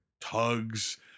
tugs